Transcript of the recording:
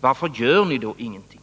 Varför gör ni då ingenting?